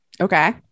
okay